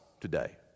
today